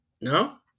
No